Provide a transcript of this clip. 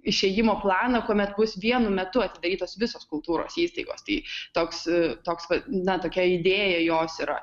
išėjimo planą kuomet bus vienu metu atidarytos visos kultūros įstaigos tai toks toks na tokia idėja jos yra